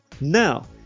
Now